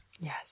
Yes